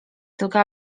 tylko